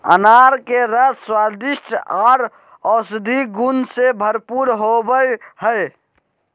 अनार के रस स्वादिष्ट आर औषधीय गुण से भरपूर होवई हई